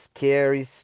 Scary